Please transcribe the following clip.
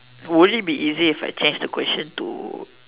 would it be easy if I change the question to